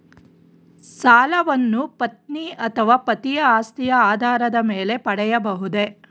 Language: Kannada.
ಸಾಲವನ್ನು ಪತ್ನಿ ಅಥವಾ ಪತಿಯ ಆಸ್ತಿಯ ಆಧಾರದ ಮೇಲೆ ಪಡೆಯಬಹುದೇ?